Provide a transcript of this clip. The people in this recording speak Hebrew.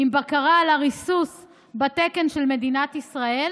עם בקרה על הריסוס בתקן של מדינת ישראל.